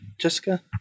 Jessica